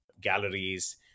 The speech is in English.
Galleries